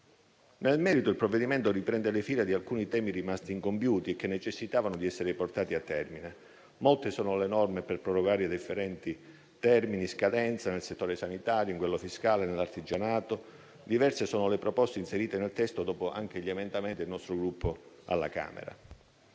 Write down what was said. Nel merito, il provvedimento riprende le fila di alcuni temi rimasti incompiuti e che necessitavano di essere portati a termine. Molte sono le norme per prorogare i differenti termini in scadenza nel settore sanitario, in quello fiscale, nell'artigianato. Diverse sono state le proposte inserite nel testo, anche dopo gli emendamenti del nostro Gruppo alla Camera